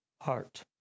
heart